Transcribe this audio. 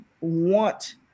want